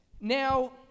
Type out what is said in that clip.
Now